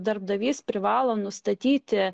darbdavys privalo nustatyti